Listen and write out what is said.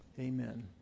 amen